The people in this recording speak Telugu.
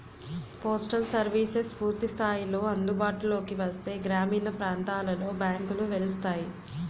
పోస్టల్ సర్వీసెస్ పూర్తి స్థాయిలో అందుబాటులోకి వస్తే గ్రామీణ ప్రాంతాలలో బ్యాంకులు వెలుస్తాయి